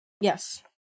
Yes